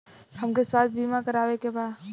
हमके स्वास्थ्य बीमा करावे के बा?